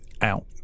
out